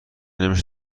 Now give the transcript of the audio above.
نمیشه